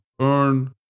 earn